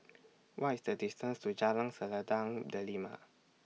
What IS The distance to Jalan Selendang Delima